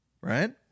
Right